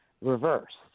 reversed